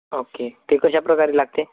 okay ते कशा प्रकारे लागते